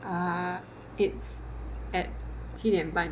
uh it's at 七点半